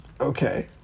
Okay